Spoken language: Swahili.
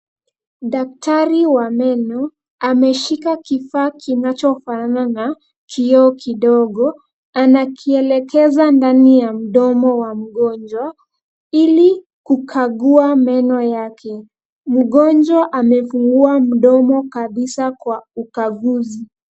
Daktari wa meno ameshika kifaa kinachofanana na kioo kidogo. Anakielekeza ndani ya mdomo wa mgonjwa ili kukagua meno yake. Mgonjwa amefungua mdomo kabisa kwa ukaguzi.